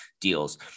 deals